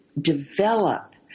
develop